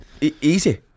easy